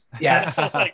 Yes